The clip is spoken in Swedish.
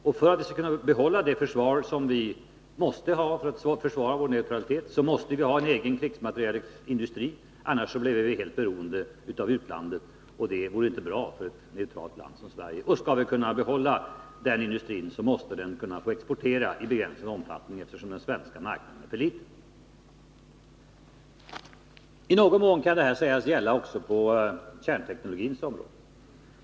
Och för att vi skall kunna behålla det försvar vi måste ha för att försvara vår neutralitet måste vi ha en egen krigsmaterielindustri. Annars blir vi helt beroende av utlandet, och det vore inte bra för ett neutralt land som Sverige. Och skall vi kunna behålla den industrin måste den kunna få exportera i begränsad omfattning, eftersom den svenska marknaden är så liten. I någon mån kan detta sägas gälla också på kärnteknologiområdet.